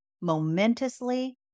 momentously